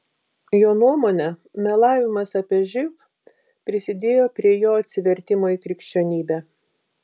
jo nuomone melavimas apie živ prisidėjo prie jo atsivertimo į krikščionybę